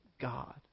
God